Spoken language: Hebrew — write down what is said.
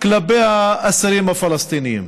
כלפי האסירים הפלסטינים,